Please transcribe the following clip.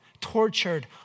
tortured